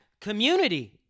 community